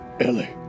Ellie